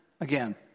Again